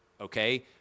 okay